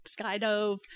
skydive